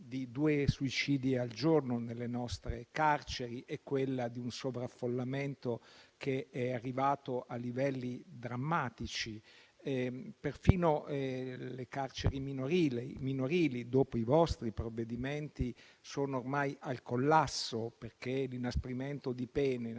di due suicidi al giorno nelle nostre carceri; è quella di un sovraffollamento arrivato a livelli drammatici. Perfino le carceri minorili, dopo i vostri provvedimenti, sono ormai al collasso, perché l'inasprimento delle pene